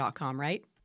right